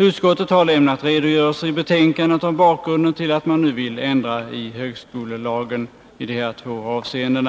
Utskottet har i betänkandet redogjort för bakgrunden till att man nu vill ändra i högskolelagen i dessa båda avseenden.